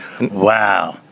Wow